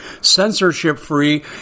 censorship-free